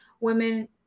women